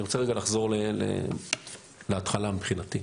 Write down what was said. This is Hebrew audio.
ואני רוצה רגע לחזור להתחלה מבחינתי.